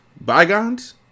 bygones